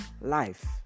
life